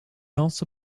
also